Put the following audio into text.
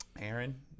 Aaron